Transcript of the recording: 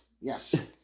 Yes